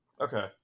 okay